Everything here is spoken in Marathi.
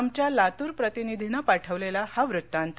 आमच्या लातूर प्रतिनिधीनं पाठवलेला हा वृत्तांत